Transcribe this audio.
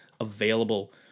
available